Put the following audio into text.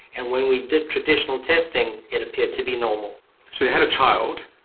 and when we did traditional testing it appeared to be normal. so you had a child,